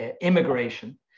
immigration